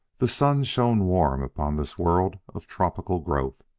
the sun shone warm upon this world of tropical growth.